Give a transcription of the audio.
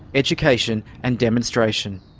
education and demonstration.